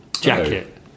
jacket